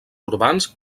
urbans